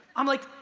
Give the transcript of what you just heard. i'm like,